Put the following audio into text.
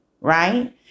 right